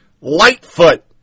Lightfoot